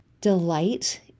delight